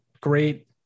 great